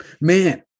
man